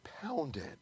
pounded